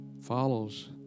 follows